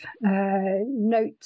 note